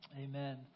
Amen